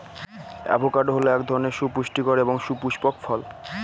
avocado হল এক ধরনের সুপুষ্টিকর এবং সপুস্পক ফল